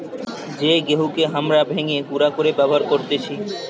যেই গেহুকে হামরা ভেঙে গুঁড়ো করে ব্যবহার করতেছি